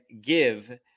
give